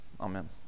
Amen